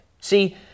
See